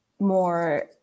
more